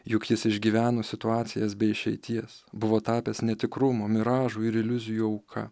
juk jis išgyveno situacijas be išeities buvo tapęs netikrumo miražų ir iliuzijų auka